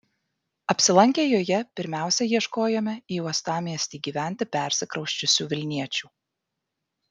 apsilankę joje pirmiausia ieškojome į uostamiestį gyventi persikrausčiusių vilniečių